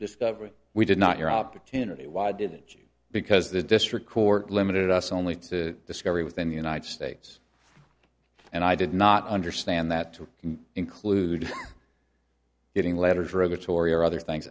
discovery we did not hear opportunity why did you because the district court limited us only to discovery within the united states and i did not understand that to include getting letters or other tory or other things